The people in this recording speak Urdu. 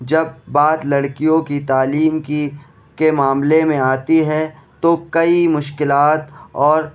جب بات لڑکیوں کی تعلیم کی کے معاملے میں آتی ہے تو کئی مشکلات اور